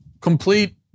Complete